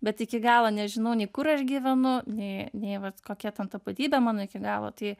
bet iki galo nežinau nei kur aš gyvenu nei nei vat kokia ten tapatybė mano iki galo tai